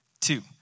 two